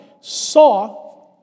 saw